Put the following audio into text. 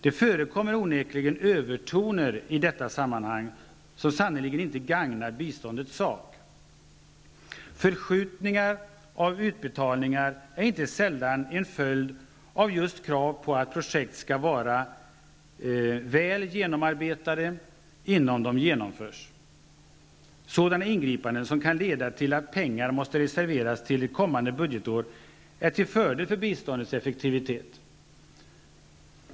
Det förekommer onekligen övertoner i detta sammanhang som sannerligen inte gagnar biståndets sak. Förskjutningar av utbetalningar är inte sällan en följd av krav på att projekt skall vara väl genomarbetade innan de genomförs. Sådana ingripanden -- som kan leda till att pengar måste reserveras till ett kommande budgetår -- är till fördel för biståndets effektivitet.